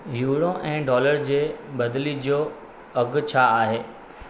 euro ऐं dollar जे बदिली जो अघि छा आहे